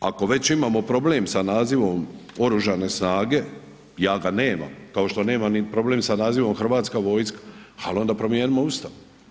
Ako već imamo problem sa nazivom Oružane snage, ja ga nemam kao što nemam problem sa nazivom Hrvatska vojska, ha onda promijenimo Ustav.